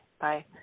bye